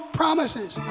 promises